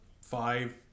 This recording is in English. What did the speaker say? five